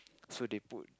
so they put